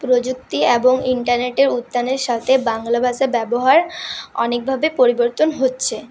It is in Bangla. প্রযুক্তি এবং ইন্টারনেটের উত্থানের সাথে বাংলা ভাষা ব্যবহার অনেকভাবে পরিবর্তন হচ্ছে